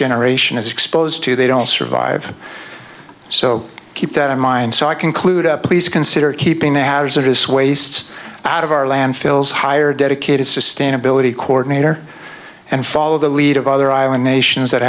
generation is exposed to they don't survive so keep that in mind so i conclude please consider keeping the hazardous waste out of our landfills hire dedicated sustainability coordinator and follow the lead of other island nations that